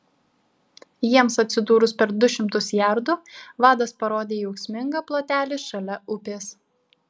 jiems atsidūrus per du šimtus jardų vadas parodė į ūksmingą plotelį šalia upės